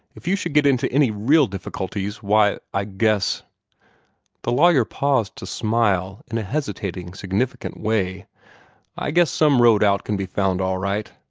if you should get into any real difficulties, why, i guess the lawyer paused to smile in a hesitating, significant way i guess some road out can be found all right.